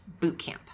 bootcamp